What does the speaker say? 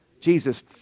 Jesus